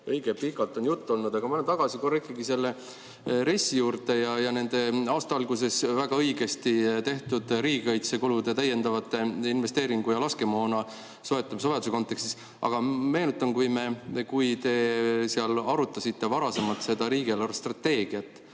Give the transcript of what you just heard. õige pikalt on juttu olnud. Aga ma lähen tagasi korraks ikkagi selle RES-i juurde, aasta alguses väga õigesti tehtud riigikaitsekulude täiendavate investeeringu ja laskemoona soetamise vajaduse kontekstis. Meenutan, et kui te seal arutasite varasemalt seda riigieelarve strateegiat,